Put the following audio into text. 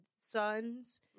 sons